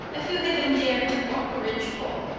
if you had been dared to walk a ridgepole?